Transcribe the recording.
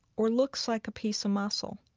or looks like a piece of muscle,